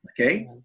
Okay